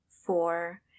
four